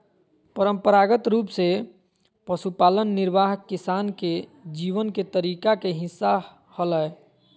परंपरागत रूप से पशुपालन निर्वाह किसान के जीवन के तरीका के हिस्सा हलय